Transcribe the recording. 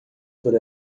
por